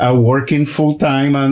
ah working full time, and